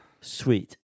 sweet